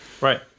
Right